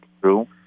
true